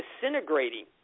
disintegrating